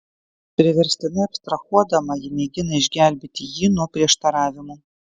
priverstinai abstrahuodama ji mėgina išgelbėti jį nuo prieštaravimų